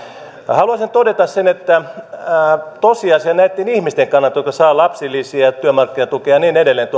haluaisin todeta sen että tosiasia näitten ihmisten kannalta jotka saavat lapsilisiä ja työmarkkinatukea ja niin edelleen